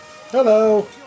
Hello